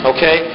Okay